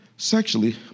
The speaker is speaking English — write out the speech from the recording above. Sexually